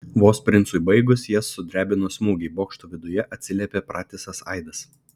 vos princui baigus jas sudrebino smūgiai bokšto viduje atsiliepė pratisas aidas